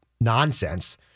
nonsense